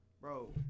Bro